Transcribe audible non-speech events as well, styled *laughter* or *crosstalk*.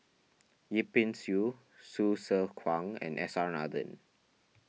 *noise* Yip Pin Xiu Hsu Tse Kwang and S R Nathan